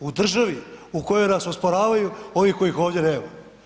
U državi u kojoj nas osporavaju ovi kojih ovdje nema.